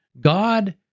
God